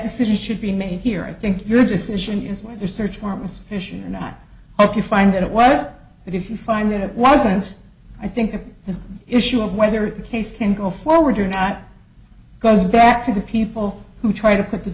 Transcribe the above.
decision should be made here i think your decision is what your search warrant was issued and i hope you find that it was but if you find that it wasn't i think that the issue of whether the case can go forward or not goes back to the people who try to put the